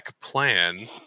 plan